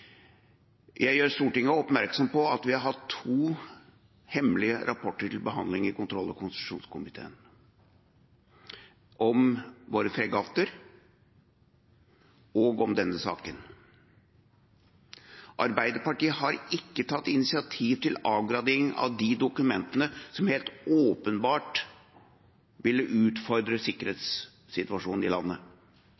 Jeg gjør Stortinget oppmerksom på at vi har hatt to hemmelige rapporter til behandling i kontroll- og konstitusjonskomiteen, om våre fregatter og om denne saken. Arbeiderpartiet har ikke tatt initiativ til avgradering av de dokumentene som helt åpenbart ville utfordre